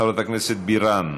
חברת הכנסת בירן,